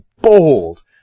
bold